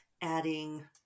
adding